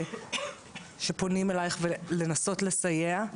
וכשפונים אליך לנסות לסייע.